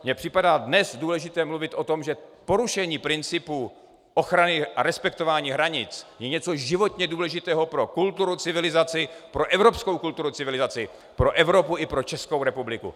Mně připadá dnes důležité mluvit o tom, že porušení principu ochrany a respektování hranic je něco životně důležitého pro kulturu, civilizaci, pro evropskou kulturu a civilizaci, pro Evropu i pro Českou republiku.